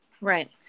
Right